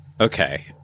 Okay